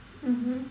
mmhmm